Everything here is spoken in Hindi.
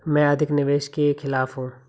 मैं अधिक निवेश के खिलाफ हूँ